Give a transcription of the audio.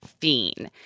fiend